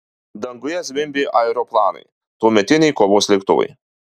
danguje zvimbė aeroplanai tuometiniai kovos lėktuvai